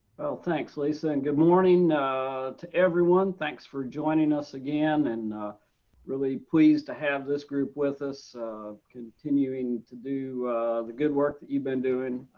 well thanks lisa and good morning to everyone. thanks for joining us again and really pleased to have this group with us continuing to do the good work that you've been doing.